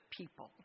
people